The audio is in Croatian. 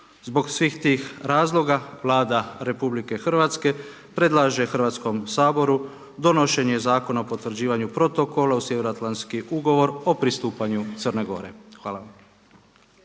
Zbog svih tih razloga Vlada RH predlaže Hrvatskom saboru donošenje Zakona o potvrđivanju protokola uz sjevernoatlantski ugovor o pristupanju Crne Gore. Hvala.